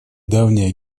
давние